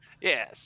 Yes